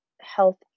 health